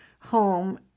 home